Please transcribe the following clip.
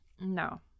No